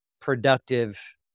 productive